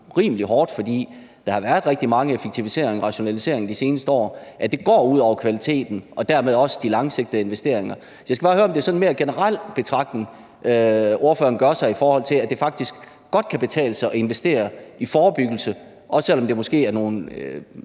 urimelig hårdt, fordi der har været rigtig mange effektiviseringer og rationaliseringer de seneste år, går ud over kvaliteten og dermed også de langsigtede investeringer. Jeg skal bare høre, om det er sådan en mere generel betragtning, ordføreren gør sig, i forhold til at det faktisk godt kan betale sig at investere i forebyggelse, også selv om det måske er nogle